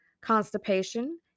constipation